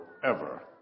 forever